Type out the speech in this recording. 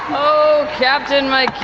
oh, captain, my